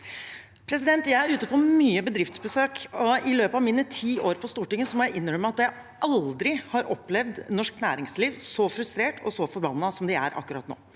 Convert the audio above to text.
Jeg er ute på mange bedriftsbesøk, og i løpet av mine ti år på Stortinget må jeg innrømme at jeg aldri har opplevd norsk næringsliv så frustrert og så forbannet som de er akkurat nå.